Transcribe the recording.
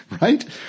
Right